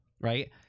right